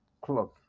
Cloth